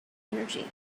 energy